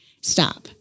stop